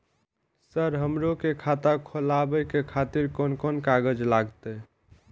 Sir हमरो के खाता खोलावे के खातिर कोन कोन कागज लागते?